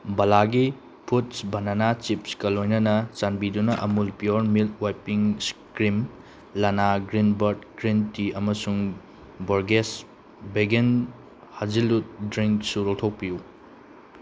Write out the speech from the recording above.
ꯕꯥꯂꯥꯒꯤ fruits ꯕꯅꯥꯅꯥ ꯆꯤꯞꯁꯀ ꯂꯣꯏꯅꯅ ꯆꯥꯟꯕꯤꯗꯨꯅ Amul pure milk whippings cream ꯂꯅꯥ ꯒ꯭ꯔꯤꯟ ꯕꯥꯔꯠ ꯒ꯭ꯔꯤꯟ ꯇꯤ ꯑꯃꯁꯨꯡ ꯕꯣꯔꯒꯦꯁ ꯕꯦꯒꯦꯟ ꯍꯥꯖꯤꯂꯨꯠ ꯗ꯭ꯔꯤꯡꯛꯁꯨ ꯂꯧꯊꯣꯛꯄꯤꯌꯨ